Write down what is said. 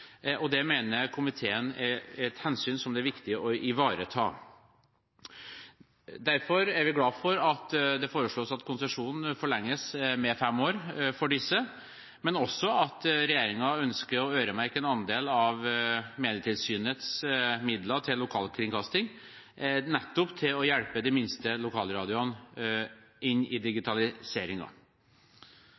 teknologiskifte. Det mener komiteen er et hensyn som det er viktig å ivareta. Derfor er vi glad for at det foreslås at konsesjonen forlenges med fem år for disse, men også for at regjeringen ønsker å øremerke en andel av Medietilsynets midler til lokalkringkasting, nettopp for å hjelpe de minste lokalradioene inn i